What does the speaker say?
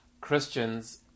Christians